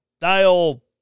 Dial